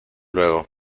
luego